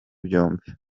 byombi